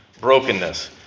brokenness